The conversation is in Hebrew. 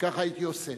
וכך הייתי עושה.